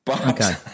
Okay